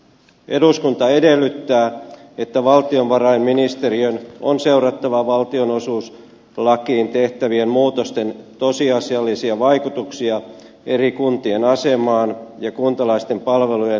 eduskunta edellyttää että valtiovarainministeriön on seurattava valtionosuuslakiin tehtävien muutosten tosiasiallisia vaikutuksia eri kuntien asemaan ja kuntalaisten palvelujen saatavuuteen